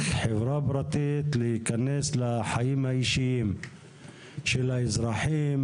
חברה פרטית להיכנס לחיים האישיים של האזרחים,